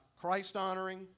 Christ-honoring